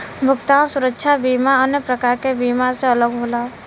भुगतान सुरक्षा बीमा अन्य प्रकार के बीमा से अलग होला